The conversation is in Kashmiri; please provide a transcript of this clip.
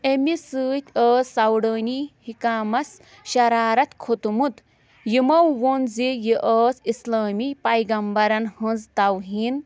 اَمہِ سۭتۍ ٲس سَوڈٲنی حِکامَس شرارَت کھوٚتمُت یِمو ووٚن زِ یہِ ٲس اِسلٲمی پیغمبرَن ہٕنٛز تَوہیٖن